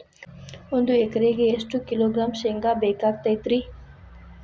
ಒಂದು ಎಕರೆಗೆ ಎಷ್ಟು ಕಿಲೋಗ್ರಾಂ ಶೇಂಗಾ ಬೇಕಾಗತೈತ್ರಿ?